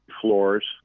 floors